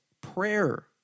prayer